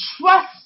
trust